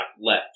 left